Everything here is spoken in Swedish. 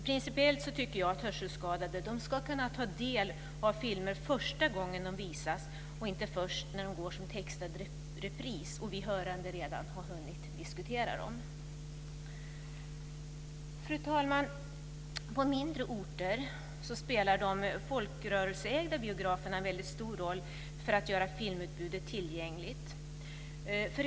Principiellt tycker jag att hörselskadade ska kunna ta del av filmer första gången de visas, och inte först när de går som textad repris och vi hörande redan har hunnit diskutera dem. Fru talman! På mindre orter spelar de folkrörelseägda biograferna en stor roll för att göra filmutbudet tillgängligt.